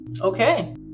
Okay